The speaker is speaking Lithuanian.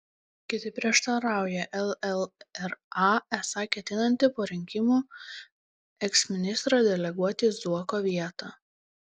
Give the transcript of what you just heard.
kiti prieštarauja llra esą ketinanti po rinkimų eksministrą deleguoti į zuoko vietą